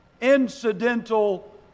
incidental